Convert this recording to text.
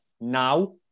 Now